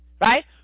right